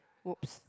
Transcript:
oops